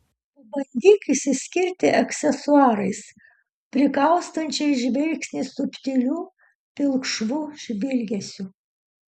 pabandyk išsiskirti aksesuarais prikaustančiais žvilgsnį subtiliu pilkšvu žvilgesiu